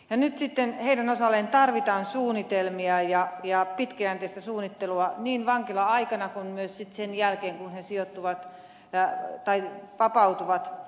nyt sitten heidän osalleen tarvitaan suunnitelmia ja pitkäjänteistä suunnittelua niin vankila aikana kuin myös sen jälkeen kun he vapautuvat